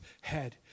head